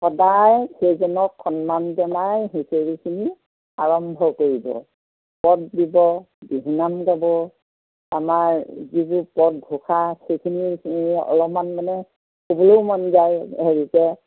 সদায় সেইজনক সন্মান জনাই হুঁচাৰিখিনি আৰম্ভ কৰিব পদ দিব বিহুনাম গাব আমাৰ যিবোৰ পদ ঘোষা সেইখিনি অলপমান মানে ক'বলৈও মন যায় হেৰিতে